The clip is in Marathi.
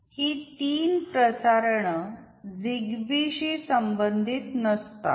ही तीन प्रसारण झिगबी शी संबंधित नसतात